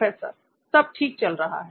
professor सब ठीक चल रहा है